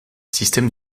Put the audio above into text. système